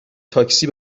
تاکسی